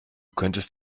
könntest